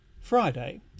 Friday